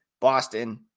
Boston